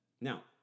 Now